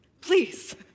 Please